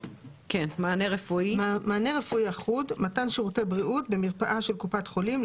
"מענה רפואי אחוד" מתן שירותי בריאות במרפאה של קופת חולים,